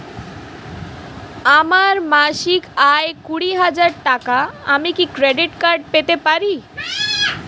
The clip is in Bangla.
আমার মাসিক আয় কুড়ি হাজার টাকা আমি কি ক্রেডিট কার্ড পেতে পারি?